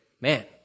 man